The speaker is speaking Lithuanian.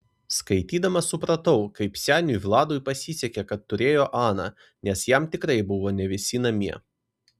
skaitydama supratau kaip seniui vladui pasisekė kad turėjo aną nes jam tikrai buvo ne visi namie